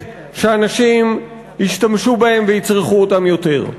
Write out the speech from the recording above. שאנשים ישתמשו בהם ויצרכו אותם יותר.